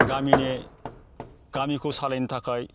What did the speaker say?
गामिनि गामिखौ सालायनो थाखाय